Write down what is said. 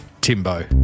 Timbo